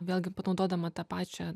vėlgi panaudodama tą pačią